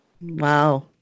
wow